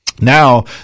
Now